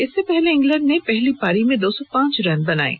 इससे पहले इंग्लैंड ने पहली पारी में दो सौ पांच रन बनाए थे